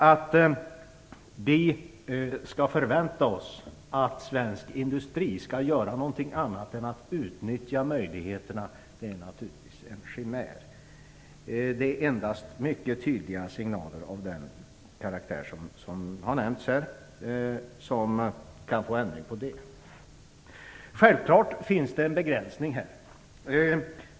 Att förvänta sig att svensk industri skall göra någonting annat än att utnyttja möjligheterna är naturligtvis en chimär. Det är endast mycket tydliga signaler av den karaktär som har nämnts här som kan få ändring på det. Självklart finns det en begränsning här.